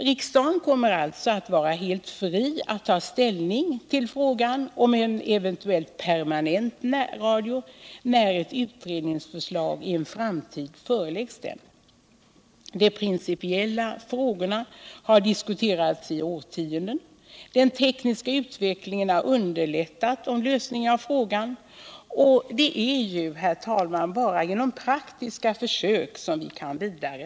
Riksdagen kommer alltså att vara helt fri att ta ställning till frågan om en eventuell permanent närradio när ett utredningsförslag i en framtid föreläggs den. De principiella frågorna har diskuterats i årtionden. Den tekniska utvecklingen har underlättat en lösning av frågan. Det är bara genom praktiska försök som vi kan gå vidare.